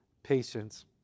patience